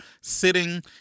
sitting